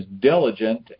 diligent